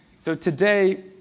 so today,